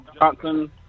Johnson